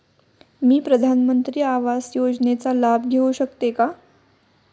मी प्रधानमंत्री आवास योजनेचा लाभ घेऊ शकते का?